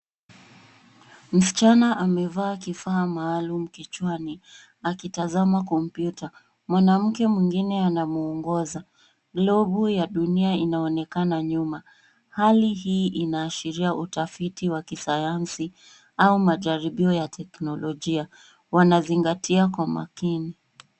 Msichana amevaa kifaa maalum kichwani akitazama kompyuta. Mwanamke mwingine anamwongoza. Globu ya dunia inaonekana nyuma. Hali hii inaashiria utafiti wa kisayansi au majaribio ya teknolojia. Wanazingatia kwa makini.